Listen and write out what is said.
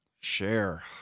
Share